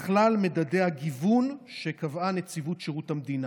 בכלל מדדי הגיוון שקבעה נציבות שירות המדינה.